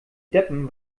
deppen